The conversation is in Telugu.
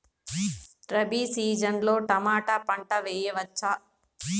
రబి సీజన్ లో టమోటా పంట వేయవచ్చా?